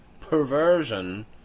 perversion